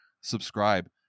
Subscribe